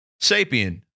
sapien